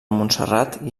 montserrat